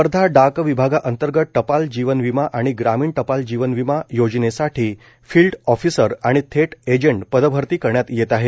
वर्धा डाक विभागातंर्गत टपाल जीवन विमा आणि ग्रामीण टपाल जीवन विमा योजनेसाठी फिल्ड ऑफीसर आणि थेट एजन्ट पदभरती करण्यात येत आहे